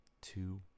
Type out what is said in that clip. two